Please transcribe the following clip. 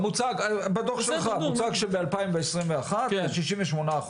כי מה שצריך לקבוע ומה שצריך להיות מוצג לוועדה בכנסת זה השימוש של 8%,